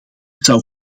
zou